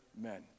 men